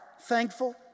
thankful